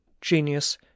genius